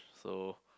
so